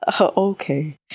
okay